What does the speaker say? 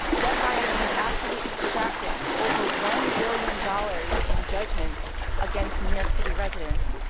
debt buyers had actually extracted over one billion dollars in judgments against new york city residents.